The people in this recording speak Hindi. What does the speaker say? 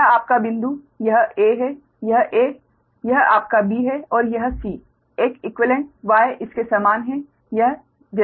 यह आपका बिंदु यह 'a' है यह 'a' यह आपका 'b' है और यह 'c' एक इक्वीवेलेंट Y इसके समान है यह जैसा है